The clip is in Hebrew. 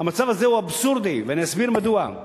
המצב הזה הוא אבסורדי, ואני אסביר מדוע.